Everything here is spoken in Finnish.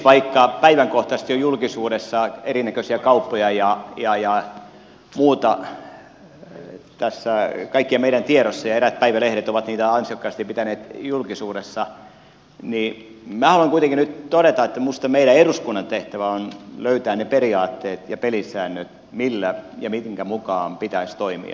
vaikka päivänkohtaisesti on julkisuudessa erinäköisiä kauppoja ja muuta kaikkien meidän tiedossamme ja eräät päivälehdet ovat niitä ansiokkaasti pitäneet julkisuudessa niin minä haluan kuitenkin nyt todeta että minusta meidän eduskunnan tehtävä on löytää ne periaatteet ja pelisäännöt millä ja minkä mukaan pitäisi toimia